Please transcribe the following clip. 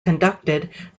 conducted